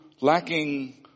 lacking